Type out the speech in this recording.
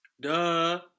Duh